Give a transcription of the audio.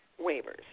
waivers